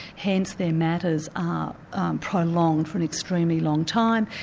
hence their matters are prolonged for an extremely long time,